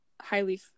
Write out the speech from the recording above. highly